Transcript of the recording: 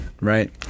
right